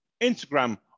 Instagram